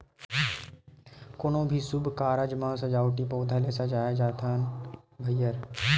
कोनो भी सुभ कारज म सजावटी पउधा ले सजाए जाथन भइर